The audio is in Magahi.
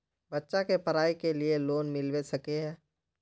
बच्चा के पढाई के लिए लोन मिलबे सके है?